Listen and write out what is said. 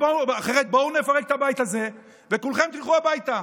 אחרת בואו נפרק את הבית הזה וכולכם תלכו הביתה,